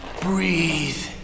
Breathe